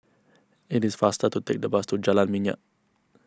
it is faster to take the bus to Jalan Minyak